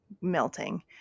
melting